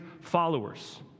followers